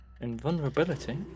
Invulnerability